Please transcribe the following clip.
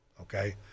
okay